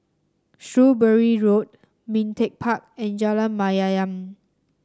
Shrewsbury Road Ming Teck Park and Jalan Mayaanam